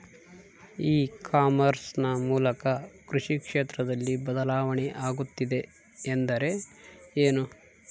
E commerce ನ ಮೂಲಕ ಕೃಷಿ ಕ್ಷೇತ್ರದಲ್ಲಿ ಬದಲಾವಣೆ ಆಗುತ್ತಿದೆ ಎಂದರೆ ಏನು?